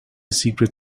secret